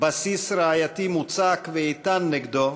בסיס ראייתי מוצק ואיתן נגדו,